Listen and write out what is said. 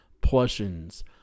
portions